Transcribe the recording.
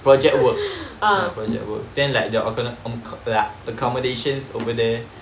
labrador per project work a budget would stand like their opener on that accommodations over there